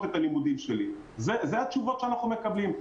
את הלימודים שלי אלו התשובות שאנחנו מקבלים.